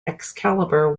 excalibur